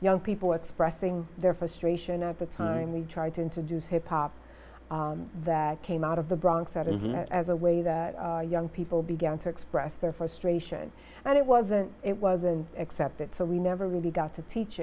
young people expressing their frustration at the time we tried to introduce hip hop that came out of the bronx out of as a way that young people began to express their frustration and it wasn't it wasn't accepted so we never really got to teach